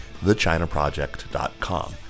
thechinaproject.com